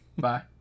Bye